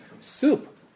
soup